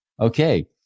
Okay